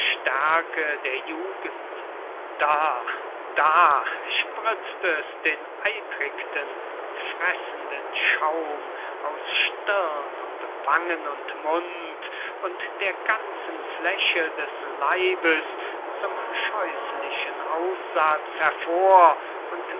der jugend da da sprizt es den eitrichten fressenden schaum aus stirn und wangen und mund und der ganzen fläche des leibes zum scheußlichen aussatz hervor und